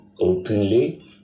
Openly